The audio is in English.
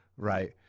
Right